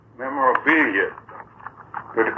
memorabilia